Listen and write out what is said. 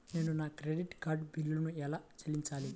నేను నా credit card బిల్లును ఎలా చెల్లించాలీ?